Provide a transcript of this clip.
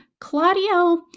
Claudio